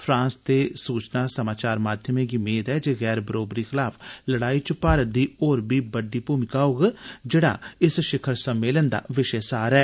France दे सूचना समाचार माध्यमें गी मेद ऐ जे गैर बरोबरी खलाफ लड़ाई च भारत दी होर बी बड्डी भूमिका होग जेड़ा इस शिखर सम्मेलन दा विषय सार ऐ